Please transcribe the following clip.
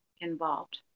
involved